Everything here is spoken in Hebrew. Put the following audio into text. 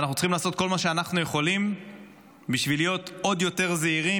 ואנחנו צריכים לעשות כל מה שאנחנו יכולים בשביל להיות עוד יותר זהירים,